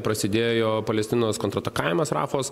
prasidėjo palestinos kontratakavimas rafos